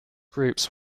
groups